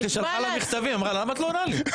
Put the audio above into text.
בטח היא שלחה לה מכתבים, אמרה: למה את לא עונה לי?